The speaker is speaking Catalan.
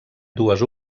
dues